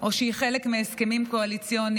או שהיא חלק מהסכמים קואליציוניים,